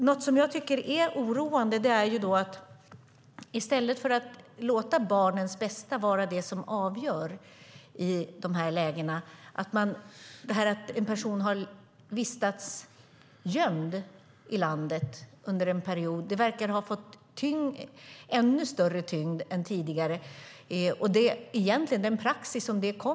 Något som jag tycker är oroande är att det faktum att en person vistats gömd i landet under en period verkar ha fått ännu större tyngd än tidigare, i stället för att man låter barnens bästa avgöra.